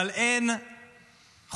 אבל אין חודש